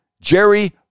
Jerry